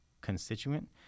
constituent